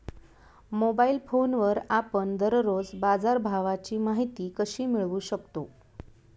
Mobile फोनवर आपण दररोज बाजारभावाची माहिती कशी मिळवू शकतो?